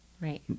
Right